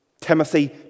Timothy